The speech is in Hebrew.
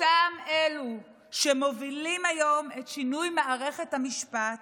אותם אלו שמובילים היום את שינוי מערכת המשפט